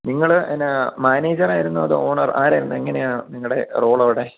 നിങ്ങൾ പിന്നെ മാനേജറ് ആയിരുന്നോ അത് ഓണർ ആരായിരുന്നു എങ്ങനെയാ നിങ്ങളുടെ റോള് അവിടെ